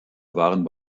waren